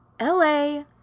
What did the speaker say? LA